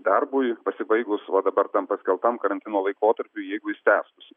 darbui pasibaigus va dabar tam paskelbtam karantino laikotarpiui jeigu jis tęstųsi